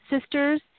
sisters